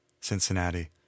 cincinnati